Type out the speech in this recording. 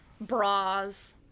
Bras